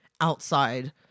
outside